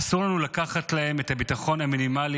אסור לנו לקחת להם את הביטחון המינימלי,